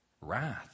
Wrath